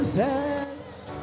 thanks